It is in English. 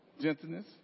gentleness